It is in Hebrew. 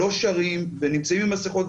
לא שרים ונמצאים עם מסיכות,